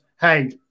Hey